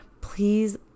Please